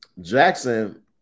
Jackson